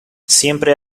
siempre